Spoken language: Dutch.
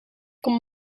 komt